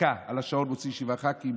דקה על השעון, מוציא שבעה ח"כים.